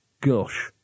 Gosh